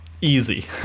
Easy